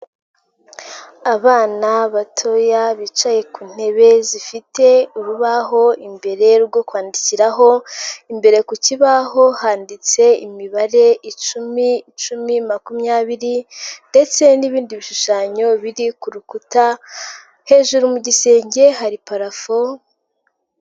Abana batoya bicaye ku ntebe zifite urubaho imbere rwo kwandikiraho, imbere ku kibaho handitse imibare icumi, cumi, makumyabiri ndetse n'ibindi bishushanyo biri ku rukuta, hejuru mu gisenge hari parafo.